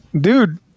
dude